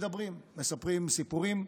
מדברים, מספרים סיפורים,